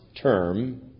term